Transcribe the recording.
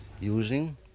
using